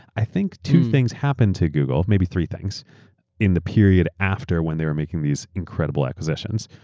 i think two things happen to google, maybe three things in the period after when they're making these incredible acquisitions.